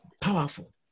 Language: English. powerful